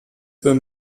wenn